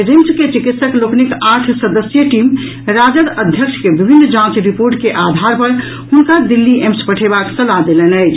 RIMS के चिकित्सक लोकनिक आठ सदस्यीय टीम राजद अध्यक्ष के विभिन्न जांच रिपोर्ट के आधार पर हुनका दिल्ली एम्स पठेबाक सलाह देलनि अछि